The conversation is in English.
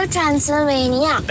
Transylvania